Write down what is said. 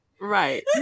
right